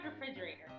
refrigerator